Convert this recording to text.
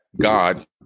god